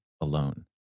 alone